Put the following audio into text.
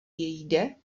jde